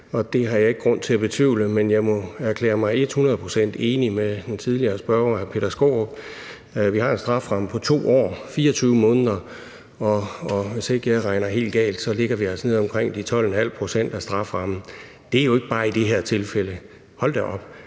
det har jeg ikke grund til at betvivle, men jeg må erklære mig ethundrede procent enig med den tidligere spørger, hr. Peter Skaarup. Vi har en strafferamme på 2 år, 24 måneder, og hvis ikke jeg regner helt galt, ligger vi altså nede omkring de 12,5 pct. af strafferammen. Og det er jo ikke bare i det her tilfælde – hold da op,